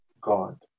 God